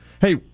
Hey